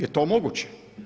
Jel to moguće?